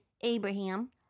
Abraham